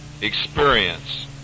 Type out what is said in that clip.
experience